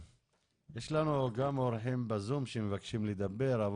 שיש לנו גם אורחים בזום שמבקשים לדבר.